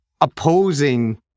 opposing